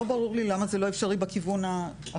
לא ברור לי למה זה לא אפשרי בכיוון האחר,